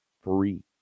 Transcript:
free